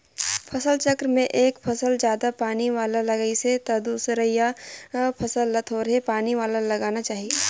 फसल चक्र में एक फसल जादा पानी वाला लगाइसे त दूसरइया फसल ल थोरहें पानी वाला लगाना चाही